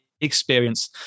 experience